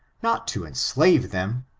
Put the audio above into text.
not to enslave them,